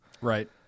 Right